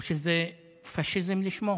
או אם זה פשיזם לשמו.